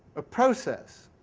a process,